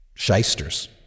Shysters